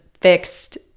fixed